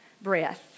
breath